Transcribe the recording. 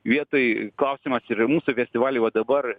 vietoj klausimas yra mūsų festivaly va dabar